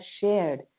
shared